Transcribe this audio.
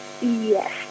Yes